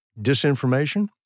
disinformation